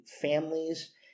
families